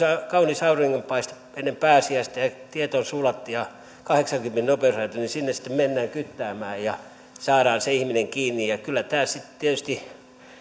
kaunis auringonpaiste ennen pääsiäistä ja tiet ovat sulat ja kahdeksankymmenen nopeusrajoitus niin sinne sitten mennään kyttäämään ja saadaan se ihminen kiinni kyllä tietysti